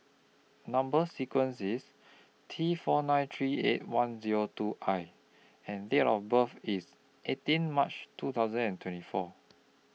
Number sequence IS T four nine three eight one Zero two I and Date of birth IS eighteen March two thousand and twenty four